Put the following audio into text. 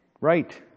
Right